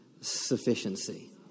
sufficiency